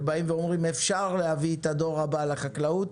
שאומרים: אפשר להביא את הדור הבא לחקלאות.